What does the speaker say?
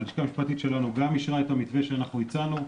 הלשכה המשפטית שלנו גם אישרה את המתווה שאנחנו הצענו.